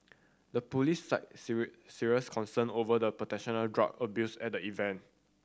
the police cited serious concern over the potential drug abuse at the event